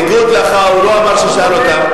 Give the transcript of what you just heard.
להם אשכבה, בניגוד לך, הוא לא אמר שהוא שאל אותם.